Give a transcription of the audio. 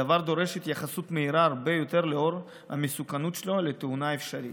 הדבר דורש התייחסות מהירה הרבה יותר לנוכח המסוכנות שלו לתאונה אפשרית.